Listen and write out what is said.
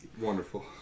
wonderful